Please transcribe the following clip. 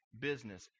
business